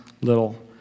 little